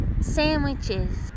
sandwiches